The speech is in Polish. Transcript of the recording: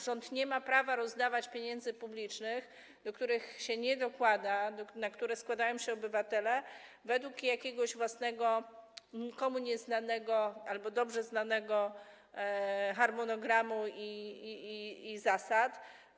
Rząd nie ma prawa rozdawać pieniędzy publicznych - do których się nie dokłada, na które składają się obywatele - według jakiegoś własnego, nikomu nieznanego albo dobrze znanego harmonogramu i zasad.